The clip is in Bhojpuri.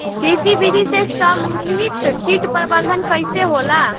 कृषि विधि से समन्वित कीट प्रबंधन कइसे होला?